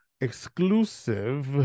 exclusive